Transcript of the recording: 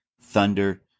Thunder